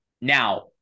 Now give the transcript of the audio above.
Now